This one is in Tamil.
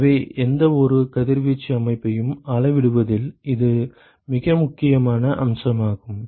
எனவே எந்தவொரு கதிர்வீச்சு அமைப்பையும் அளவிடுவதில் இது மிக முக்கியமான அம்சமாகும்